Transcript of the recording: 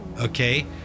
okay